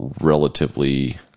relatively